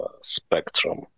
spectrum